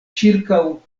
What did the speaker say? ĉirkaŭ